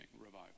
revival